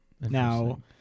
Now